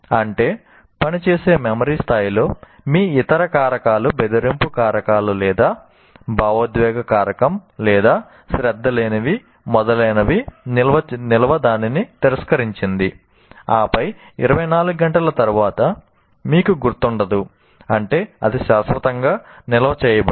అంటే పని చేసే మెమరీ స్థాయిలో మీ ఇతర కారకాలు బెదిరింపు కారకం లేదా భావోద్వేగ కారకం లేదా శ్రద్ధ లేనివి మొదలైనవి నిల్వ దానిని తిరస్కరించింది ఆపై 24 గంటల తర్వాత మీకు గుర్తుండదు అంటే అది శాశ్వతంగా నిల్వ చేయబడదు